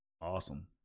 awesome